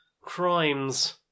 crimes